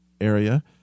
area